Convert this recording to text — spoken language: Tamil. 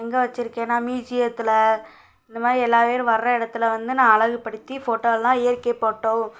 எங்கே வச்சிருக்கேனா மியூசியத்தில் இந்த மாதிரி எல்லாம் பேர் வர இடத்துல வந்து நான் அழகுப்படுத்தி ஃபோட்டோவெலாம் இயற்கை ஃபோட்டோ